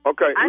Okay